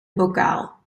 bokaal